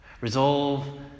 Resolve